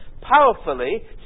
powerfully